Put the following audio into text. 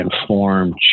informed